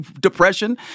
depression